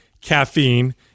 caffeine